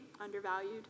undervalued